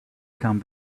come